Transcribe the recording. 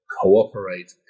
cooperate